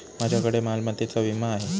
माझ्याकडे मालमत्तेचा विमा आहे